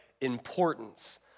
importance